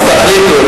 אז תחליטו,